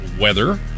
weather